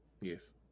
yes